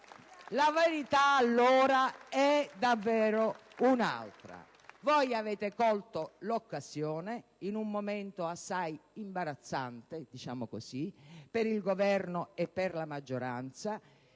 La verità allora è davvero un'altra: voi avete colto l'occasione, in un momento assai imbarazzante, diciamo così, per il Governo e per la maggioranza,